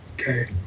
Okay